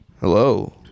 Hello